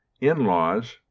in-laws